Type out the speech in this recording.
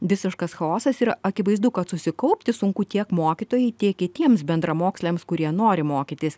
visiškas chaosas ir akivaizdu kad susikaupti sunku tiek mokytojui tiek kitiems bendramoksliams kurie nori mokytis